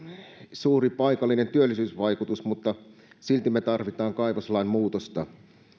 suuri paikallinen työllisyysvaikutus mutta silti me tarvitsemme kaivoslain muutosta